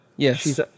Yes